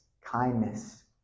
kindness